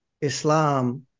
Islam